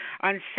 On